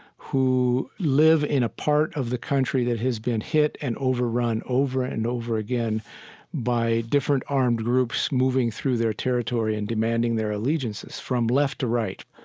who live in a part of the country that has been hit and overrun over and over again by different armed groups moving through their territory and demanding their allegiances from left to right.